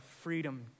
freedom